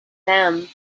them